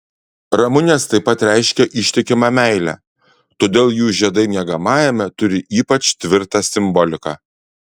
ramunės taip pat reiškia ištikimą meilę todėl jų žiedai miegamajame turi ypač tvirtą simboliką